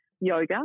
yoga